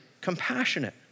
compassionate